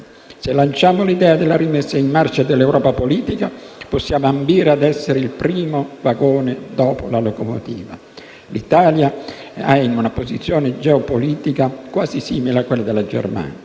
Se lanciamo l'idea della rimessa in marcia dell'Europa politica, possiamo ambire ad essere il primo vagone dopo la locomotiva. L'Italia è in posizione geopolitica quasi simile a quella della Germania: